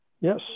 Yes